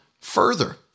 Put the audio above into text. further